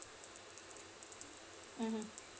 mmhmm